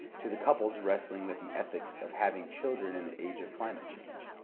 to the couples wrestling with the ethics of having children in the age of climate change.